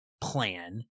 plan